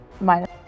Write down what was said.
minus